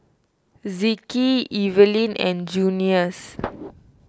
Zeke Eveline and Junious